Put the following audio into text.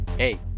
Hey